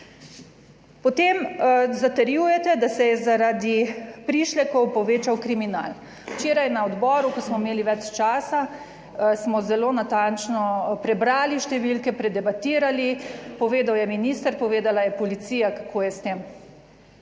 Potem, zatrjujete, da se je zaradi prišlekov povečal kriminal. Včeraj na odboru, ko smo imeli več časa, smo zelo natančno prebrali številke, predebatirali, povedal je minister, povedala je policija, kako je s tem.